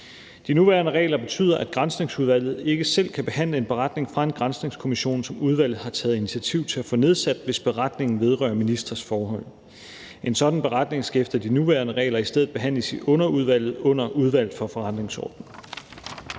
De nuværende regler betyder, at Granskningsudvalget ikke selv kan behandle en beretning fra en granskningskommission, som udvalget har taget initiativ til at få nedsat, hvis beretningen vedrører ministres forhold. En sådan beretning skal efter de nuværende regler i stedet behandles i underudvalget under Udvalget for Forretningsordenen.